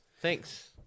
Thanks